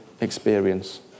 experience